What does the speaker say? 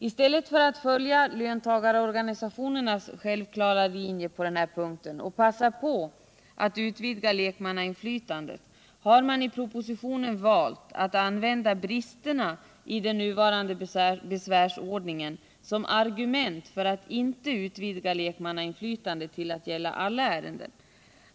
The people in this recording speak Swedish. I stället för att följa löntagarorganisationernas självklara linje på den här punkten och passa på att utvidga lekmannainflytandet har man i = Inrättande av propositionen valt att använda bristerna i den nuvarande besvärsordning = regionala försäken som argument för att inte utvidga lekmannainflytandet till att gälla — ringsrätter alla ärenden.